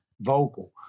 vocal